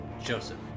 Joseph